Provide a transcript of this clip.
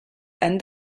and